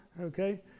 Okay